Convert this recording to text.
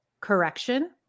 correction